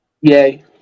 Yay